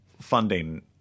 funding